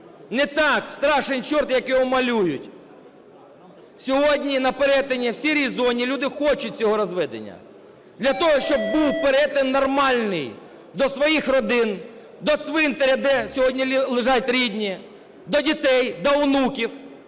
Не так страшен черт, як його малюють. Сьогодні на перетині в "сірій зоні" люди хочуть цього розведення для того, щоб був перетин нормальний до своїх родин, до цвинтаря, де сьогодні лежать рідні, до дітей, до онуків,